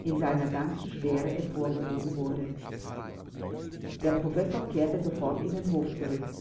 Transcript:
in seiner ganzen schwere emporgehoben wurde der professor kehrte sofort in den hof zurück